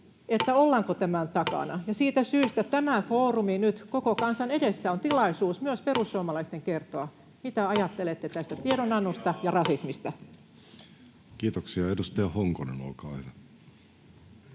ollaanko tämän takana, ja siitä syystä tämä foorumi nyt koko kansan edessä on tilaisuus myös perussuomalaisten kertoa, mitä ajattelette tästä tiedonannosta ja rasismista. [Sebastian Tynkkynen: Konkretiaa!]